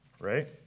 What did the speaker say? Right